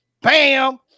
Bam